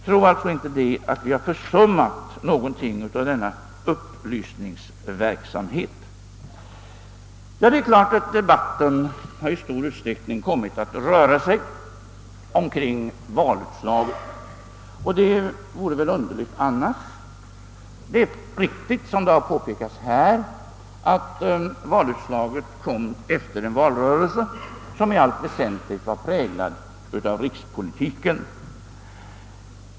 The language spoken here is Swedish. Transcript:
Tro alltså inte att vi försummat något i fråga om upplysningsverksamhet! Det är klart, att debatten i stor utsträckning har kommit att röra sig om valutslaget. Det vore väl underligt annars. Som det påpekats här är det riktigt att valutslaget kom efter en valrörelse, som i allt väsentligt var präglad av rikspolitiken.